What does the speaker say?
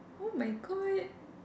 oh my god